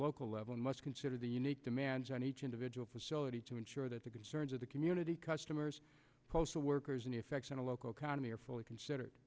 local level and must consider the unique demands on each individual facility to ensure that the concerns of the community customers postal workers and effects on the local economy are fully considered